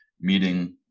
meeting